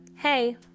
hey